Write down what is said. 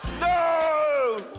No